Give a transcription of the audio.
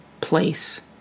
place